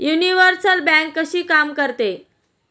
Universal bank कशी काम करते?